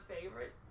favorite